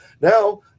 now